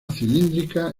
cilíndrica